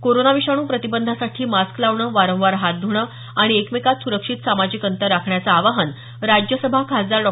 corona विषाणू प्रतिबंधासाठी mask लावणं वारंवार हात ध्रणं आणि एकमेकात सुरक्षित सामाजिक अंतर राखण्याचं आवाहन राज्यसभा खासदार डॉ